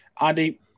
Andy